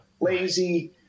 Lazy